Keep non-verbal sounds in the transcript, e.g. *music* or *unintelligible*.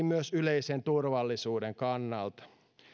*unintelligible* myös yleisen turvallisuuden kannalta